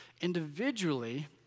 Individually